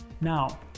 now